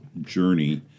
journey